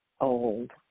old